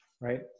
right